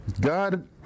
God